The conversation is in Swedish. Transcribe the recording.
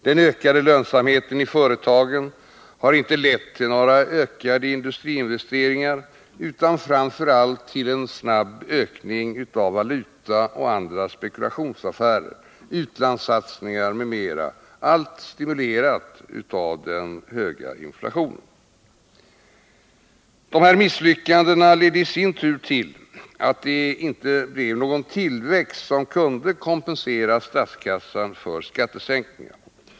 Den ökade lönsamheten i företagen har inte lett till ökade industriinvesteringar, utan framför allt till en snabb ökning av valutaoch andra spekulationsaffärer, utlandssatsningar m.m. — allt stimulerat av den höga inflationen. Misslyckandena ledde i sin tur till att det inte blev någon tillväxt som kunde kompensera statskassan för skattesänkningarna.